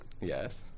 Yes